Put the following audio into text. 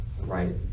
right